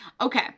Okay